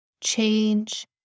Change